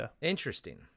Interesting